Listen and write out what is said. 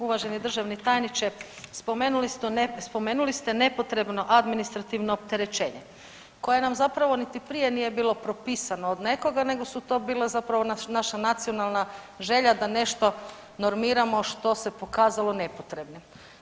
Uvaženi državni tajniče, spomenuli ste nepotrebno administrativno opterećenje koje nam zapravo niti prije nije bilo propisano od nekoga nego su to bile zapravo naša nacionalna želja da nešto normiramo što se pokazalo nepotrebnim.